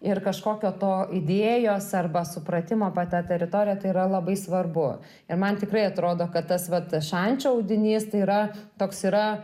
ir kažkokio to idėjos arba supratimo pa ta teritorija tai yra labai svarbu ir man tikrai atrodo kad tas vat šančių audinys tai yra toks yra